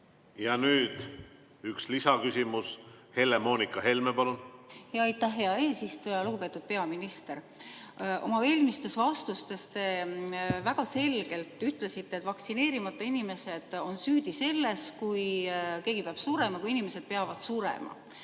Nüüd üks lisaküsimus. Helle-Moonika Helme, palun! Aitäh, hea eesistuja! Lugupeetud peaminister! Oma eelmistes vastustes te väga selgelt ütlesite, et vaktsineerimata inimesed on süüdi selles, kui inimesed peavad surema.